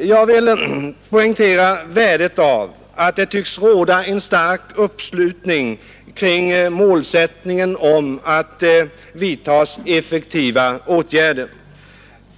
Jag vill poängtera värdet av att det tycks råda stark uppslutning kring målsättningen att det skall vidtas effektiva åtgärder.